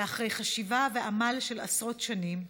ואחרי חשיבה ועמל של עשרות שנים,